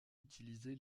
utilisé